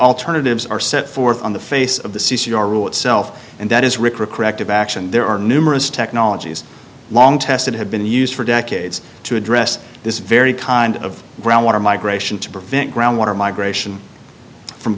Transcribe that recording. alternatives are set forth on the face of the c c r rule itself and that is rick reactive action there are numerous technologies long tested have been used for decades to address this very kind of groundwater migration to prevent groundwater migration from